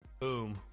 Boom